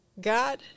God